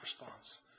response